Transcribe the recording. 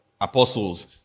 apostles